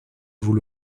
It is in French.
vous